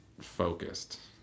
focused